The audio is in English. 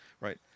right